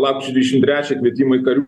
lapkričio dvidešim trečią kvietimą į kariuo